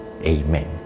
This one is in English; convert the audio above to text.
Amen